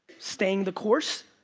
staying the course,